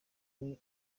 kuri